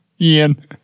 Ian